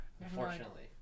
unfortunately